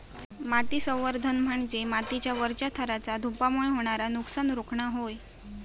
माती संवर्धन म्हणजे मातीच्या वरच्या थराचा धूपामुळे होणारा नुकसान रोखणा होय